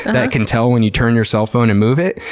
that can tell when you turn your cell phone and move it.